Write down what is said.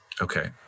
Okay